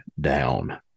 down